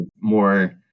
more